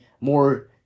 more